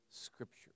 Scripture